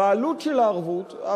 והעלות של הערבות,